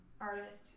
artist